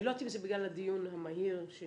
אני לא יודעת אם זה בגלל הדיון המהיר שנקבע.